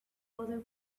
other